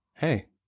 Hey